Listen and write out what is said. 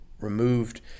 removed